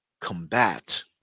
combat